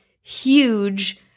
huge